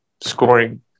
scoring